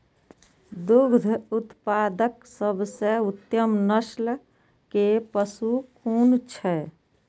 दुग्ध उत्पादक सबसे उत्तम नस्ल के पशु कुन छै?